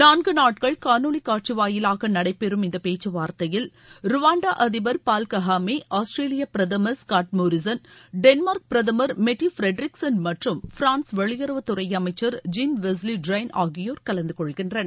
நான்கு நாட்கள் காணொலி காட்சி வாயிலாக நடைபெறும் இந்தப் பேச்சுவார்த்தையில் ருவாண்டா அதிபர் பால் ககாமே ஆஸ்திரேலியா பிரதமர் ஸ்காட் மோரிசன் டென்மார்க் பிரதமர் மெட்டி ஃபெடரிக்சன் மற்றும் பிரான்ஸ் வெளியுறவுத் துறை அமைச்சர் ஜீன் வெஸ் லி ஆகியோர் கலந்துகொள்கின்றனர்